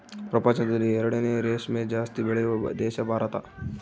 ಪ್ರಪಂಚದಲ್ಲಿ ಎರಡನೇ ರೇಷ್ಮೆ ಜಾಸ್ತಿ ಬೆಳೆಯುವ ದೇಶ ಭಾರತ